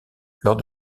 lors